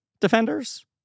defenders